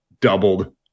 doubled